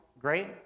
great